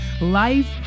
Life